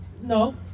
No